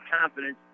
confidence